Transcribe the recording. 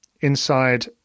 inside